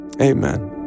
amen